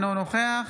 אינו נוכח